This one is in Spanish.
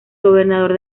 gobernador